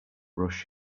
rush